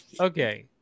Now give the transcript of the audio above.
Okay